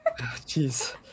jeez